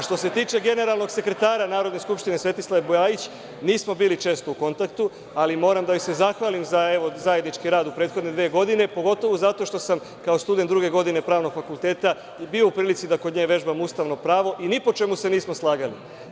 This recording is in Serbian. Što se tiče generalnog sekretara Narodne skupštine Svetislave Bulajić, nismo bili često u kontaktu, ali moram da joj se zahvalim za zajednički rad u prethodne dve godine, pogotovo zato što sam kao student druge godine Pravnog fakulteta i bio u prilici da kod nje vežbam ustavno pravo i ni po čemu se nismo slagali.